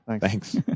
Thanks